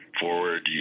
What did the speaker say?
forward